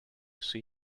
see